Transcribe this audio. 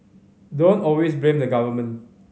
don't always blame the government